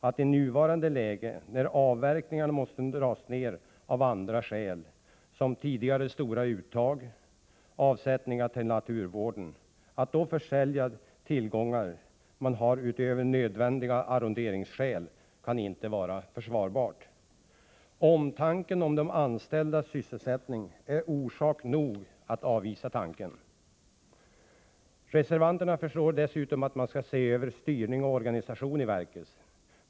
Att i nuvarande läge — när avverkningarna måste dras ned av andra skäl, såsom tidigare stora uttag och avsättningar till naturvården — försälja de tillgångar man har utöver sådant som måste försäljas av arronderingsskäl, kan inte vara försvarbart. Omtanken om de anställdas sysselsättning är orsak nog att avvisa den idén. Reservanterna föreslår dessutom att man skall se över styrning och organisation i verket.